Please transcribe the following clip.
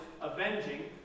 avenging